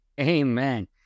Amen